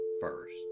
first